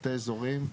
תתי אזורים.